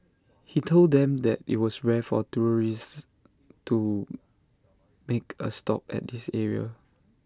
he told them that IT was rare for tourists to make A stop at this area